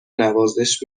نوازش